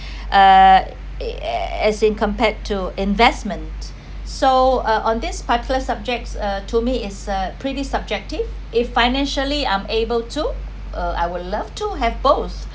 uh as in compared to investment so uh on this particular subjects uh to me is a pretty subjective if financially I'm able to uh I would love to have both